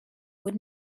would